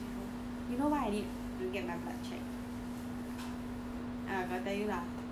that's why right you know err I I got tell you this before you know why I need to get my blood checked